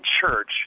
church